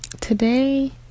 today